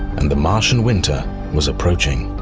and the martian winter was approaching.